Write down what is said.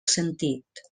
sentit